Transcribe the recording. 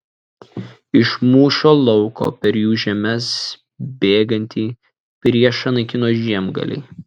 iš mūšio lauko per jų žemes bėgantį priešą naikino žiemgaliai